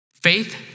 Faith